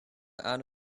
out